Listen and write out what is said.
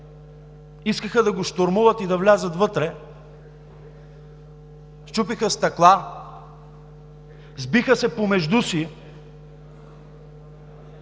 искаха да го щурмуват и да влязат вътре, счупиха стъкла, сбиха се помежду си.